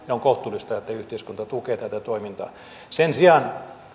ja on kohtuullista että yhteiskunta tukee tätä toimintaa sen sijaan